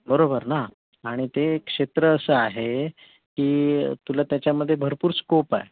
बरोबर ना आणि ते एक क्षेत्र असं आहे की तुला त्याच्यामध्ये भरपूर स्कोप आहे